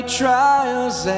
trials